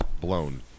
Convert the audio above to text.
blown